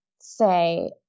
say